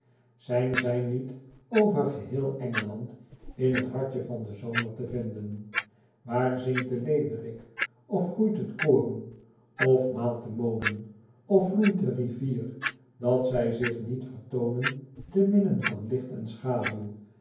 zijn zij niet over geheelen g e and in t hartje van den zomer te vinden waarzingt de leeuwerik of groeit het koren of maalt de molen of vloeit de rivier dat zij zich niet vertoonen te midden van licht en schaduw